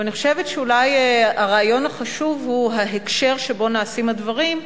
אבל אני חושבת שאולי הרעיון החשוב הוא ההקשר שבו נעשים הדברים,